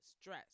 stress